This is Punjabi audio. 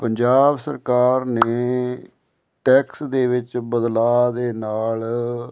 ਪੰਜਾਬ ਸਰਕਾਰ ਨੇ ਟੈਕਸ ਦੇ ਵਿੱਚ ਬਦਲਾਅ ਦੇ ਨਾਲ